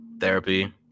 therapy